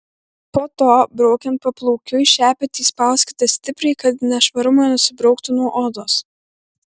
po to braukiant paplaukiui šepetį spauskite stipriai kad nešvarumai nusibrauktų nuo odos